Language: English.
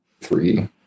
three